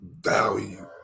value